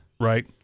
Right